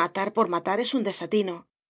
matar por matar es un desatino